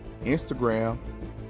Instagram